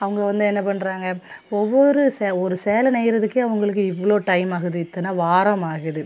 அவங்க வந்து என்ன பண்ணுறாங்க ஒவ்வொரு சே ஒரு சேலை நெய்கிறதுக்கே அவங்களுக்கு இவ்வளோ டைம் ஆகுது இத்தனை வாரம் ஆகுது